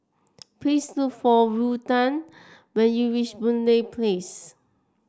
please look for Ruthann when you reach Boon Lay Place